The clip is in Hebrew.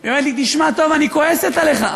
היא אומרת לי: תשמע טוב, אני כועסת עליך.